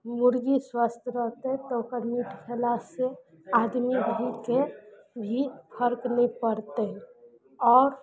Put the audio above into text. मुर्गी स्वस्थ रहतइ तऽ ओकर मीट खेलासँ आदमी भी के भी फर्क नहि पड़तय आओर